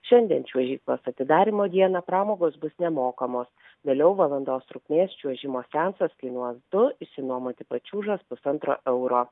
šiandien čiuožyklos atidarymo dieną pramogos bus nemokamos vėliau valandos trukmės čiuožimo seansas kainuos du išsinuomoti pačiūžas pusantro euro